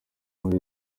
muri